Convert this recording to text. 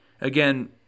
Again